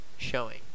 showing